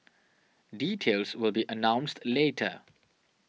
details will be announced later